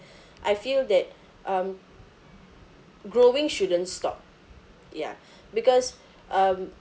I feel that um growing shouldn't stop ya because um